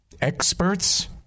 experts